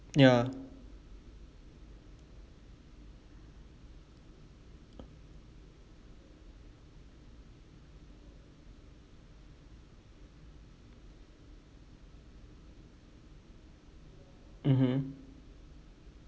ya mmhmm